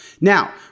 Now